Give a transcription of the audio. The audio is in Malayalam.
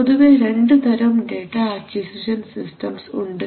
പൊതുവേ രണ്ടു തരം ഡേറ്റ അക്വിസിഷൻ സിസ്റ്റംസ് ഉണ്ട്